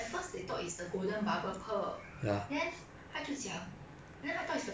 then in the end or 他就看下去 oh it's a lizard !wah! 恶心 sia is koi